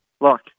look